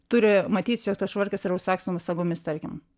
turi matytis jog tas švarkas yra užsagstomas sagomis tarkim